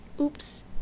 Oops